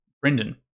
brendan